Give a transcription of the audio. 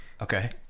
okay